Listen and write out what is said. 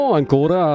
ancora